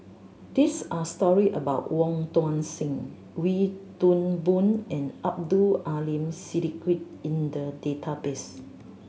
this are story about Wong Tuang Seng Wee Toon Boon and Abdul Aleem Siddique in the database